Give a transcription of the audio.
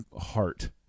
heart